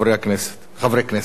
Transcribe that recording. חברי הכנסת.